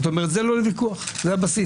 זאת אומרת זה לא לוויכוח, זה הבסיס.